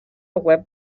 web